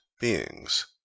beings